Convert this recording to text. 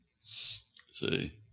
see